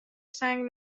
سنگ